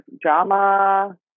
drama